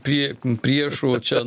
prie priešų čia